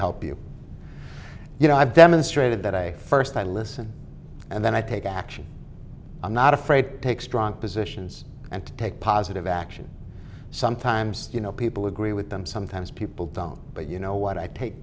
help you you know i've demonstrated that i first i listen and then i take action i'm not afraid to take strong positions and to take positive action sometimes you know people agree with them sometimes people don't but you know what i take